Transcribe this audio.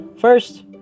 First